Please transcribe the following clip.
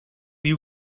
you